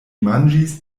manĝis